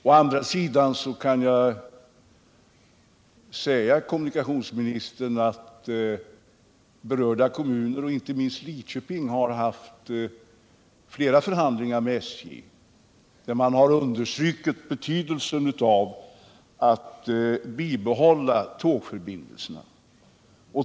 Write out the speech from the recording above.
Å andra sidan kan jag säga kommunikationsministern att berörda kommuner — inte minst Lidköping — har haft flera förhandlingar med SJ, varvid man understrukit betydelsen av att bibehålla de nuvarande tågförbindelserna.